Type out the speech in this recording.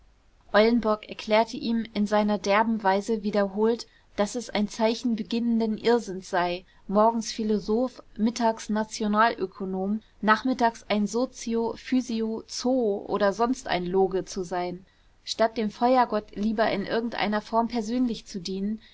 eulenburg erklärte ihm in seiner derben weise wiederholt daß es ein zeichen beginnenden irrsinns sei morgens philosoph mittags nationalökonom nachmittags ein sozio physio zoo oder sonst ein loge zu sein statt dem feuergott lieber in irgendeiner form persönlich zu dienen